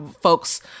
Folks